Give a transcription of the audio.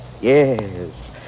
yes